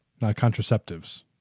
contraceptives